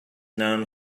known